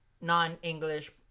non-English